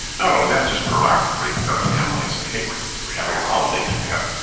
not only that, just proactively if you got a family and say, hey, we're we're having a holiday coming up,